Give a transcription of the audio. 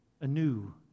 anew